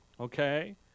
Okay